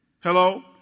Hello